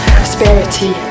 prosperity